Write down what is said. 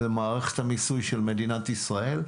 וזו מערכת המיסוי של מדינת ישראל,